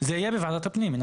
זה יהיה בוועדת הפנים.